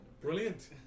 Brilliant